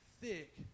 thick